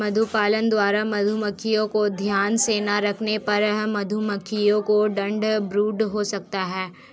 मधुपालकों द्वारा मधुमक्खियों को ध्यान से ना रखने पर मधुमक्खियों को ठंड ब्रूड हो सकता है